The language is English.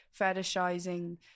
fetishizing